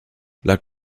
lag